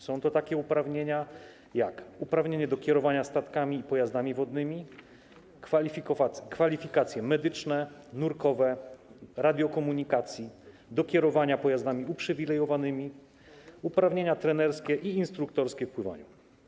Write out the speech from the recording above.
Są to takie uprawnienia jak uprawnienie do kierowania statkami i pojazdami wodnymi, kwalifikacje medyczne, nurkowe, radiokomunikacyjne, do kierowania pojazdami uprzywilejowanymi, uprawnienia trenerskie i instruktorskie w pływaniu.